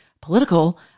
political